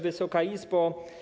Wysoka Izbo!